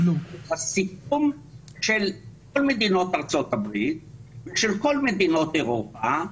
הסיכום של כל מדינות ארה"ב ושל כל מדינות אירופה,